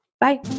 bye